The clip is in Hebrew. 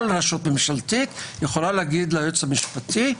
כל רשות ממשלתית יכולה לומר ליועץ המשפטי: